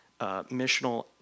missional